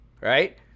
right